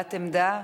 הבעת עמדה,